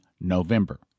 November